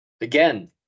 again